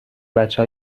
بچه